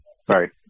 Sorry